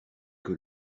que